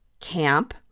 camp